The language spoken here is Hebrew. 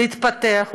להתפתח.